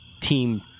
Team